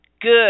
Good